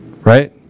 right